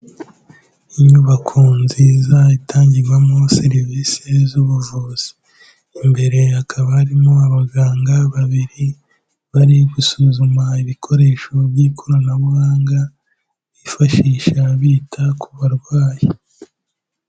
Inyubako nziza itangirwamo serivisi z'ubuvuzi. Imbere hakaba harimo abaganga babiri bari gusuzuma ibikoresho by'ikoranabuhanga bifashisha bita ku barwayi.